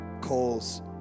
calls